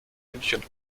münchen